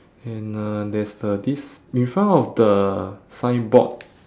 and uh there's a this in front of the signboard